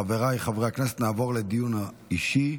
חבריי חברי הכנסת, נעבור לדיון האישי.